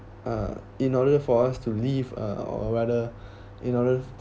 uh in order for us to leave uh or rather in order